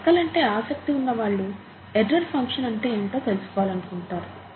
లెక్కలంటే ఆసక్తి ఉన్నవాళ్ళు error function అంటే ఏంటో తెలుసుకోవాలనుకుంటారు